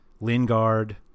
Lingard